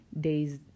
days